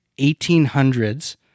1800s